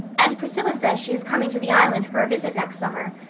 and priscilla says she is coming to the island for a visit next summer,